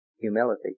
Humility